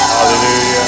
Hallelujah